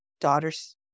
daughter's